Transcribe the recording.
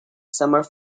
somewhere